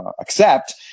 accept